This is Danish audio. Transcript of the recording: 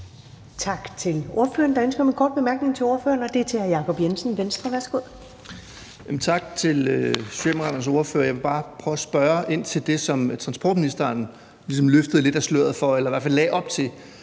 Tak til ordføreren. Der er ønske om en kort bemærkning til ordføreren, og det er fra hr. Jacob Jensen, Venstre. Værsgo. Kl. 19:00 Jacob Jensen (V): Tak til Socialdemokraternes ordfører. Jeg vil bare prøve at spørge ind til det, som transportministeren ligesom har løftet lidt af sløret for eller i hvert fald lagde op til